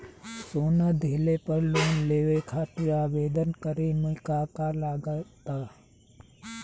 सोना दिहले पर लोन लेवे खातिर आवेदन करे म का का लगा तऽ?